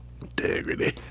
Integrity